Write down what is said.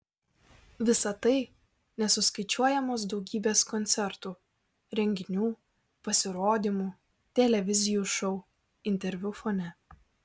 visa tai nesuskaičiuojamos daugybės koncertų renginių pasirodymų televizijų šou interviu fone